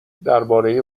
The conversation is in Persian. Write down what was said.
درباره